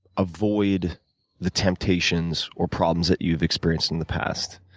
avoid the temptations or problems that you've experienced in the past?